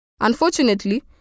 Unfortunately